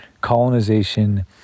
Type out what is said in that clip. colonization